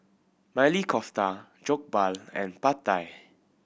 Maili Kofta Jokbal and Pad Thai